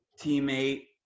teammate